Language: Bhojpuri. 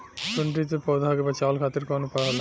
सुंडी से पौधा के बचावल खातिर कौन उपाय होला?